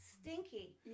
Stinky